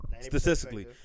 statistically